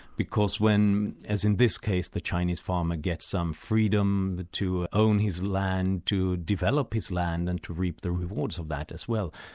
because when as in this case, the chinese farmer gets some freedom to own his land, to develop his land and to reap the rewards of that as well.